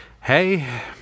hey